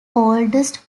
oldest